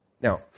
Now